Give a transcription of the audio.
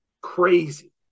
Crazy